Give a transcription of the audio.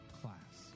class